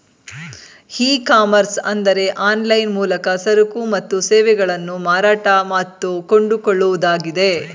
E commerce ಅಂದರೆ online ಮೂಲಕ ಸರಕು ಮತ್ತು ಸೇವೆಗಳನ್ನು ಮಾರಾಟ ಮತ್ತು ಕೊಂಡುಕೊಳ್ಳುವುದಾಗಿದೆ